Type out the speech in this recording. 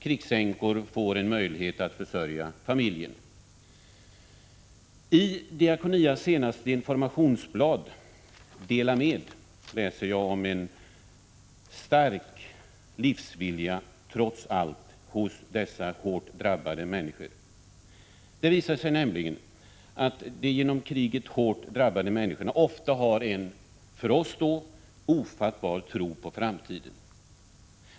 Krigsänkor får en möjlighet att försörja familjen. I Diakonias senaste informationsblad ”Dela med” läser jag om en stark livsvilja trots allt hos dessa hårt drabbade människor. Det visar sig nämligen att de genom kriget hårt drabbade människorna ofta har en — för oss — ofattbar tro på framtiden.